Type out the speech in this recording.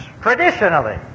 traditionally